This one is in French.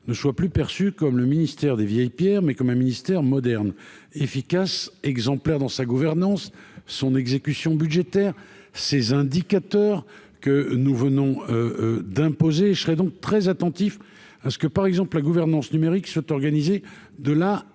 ne soit plus perçu comme le ministère des vieilles pierres, mais comme un ministère moderne, efficace, exemplaire dans sa gouvernance son exécution budgétaire ces indicateurs que nous venons d'imposer, je serai donc très attentifs à ce que, par exemple, la gouvernance numérique, souhaite organiser de la